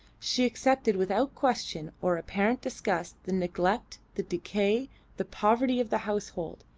she accepted without question or apparent disgust the neglect, the decay the poverty of the household,